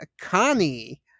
Connie